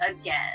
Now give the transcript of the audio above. again